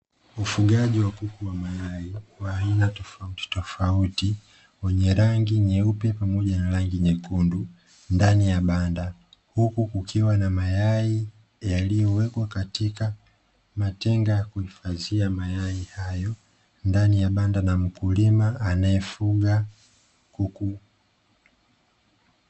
Ufugaji wa kuku wa mayai wa aina tofautitofauti wenye rangi nyeupe pamoja na rangi nyekundu ndani ya banda, huku kukiwa na mayai yaliyowekwa katika matenga ya kuhifadhia mayai hayo ndani ya banda na mkulima anayefuga kuku.